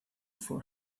for